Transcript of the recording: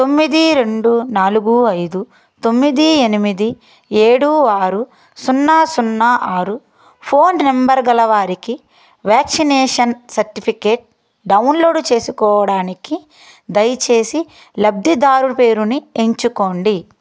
తొమ్మిది రెండు నాలుగు అయిదు తొమ్మిది ఎనిమిది ఏడు ఆరు సున్న సున్న ఆరు ఫోన్ నంబర్ గలవారికి వ్యాక్సినేషన్ సర్టిఫికేట్ డౌన్లోడ్ చేసుకోవడానికి దయచేసి లబ్ధిదారు పేరుని ఎంచుకోండి